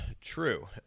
True